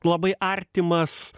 labai artimas